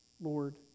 Lord